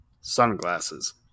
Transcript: sunglasses